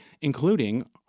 including